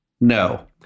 No